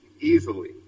easily